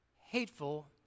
hateful